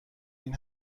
این